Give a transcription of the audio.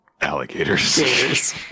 Alligators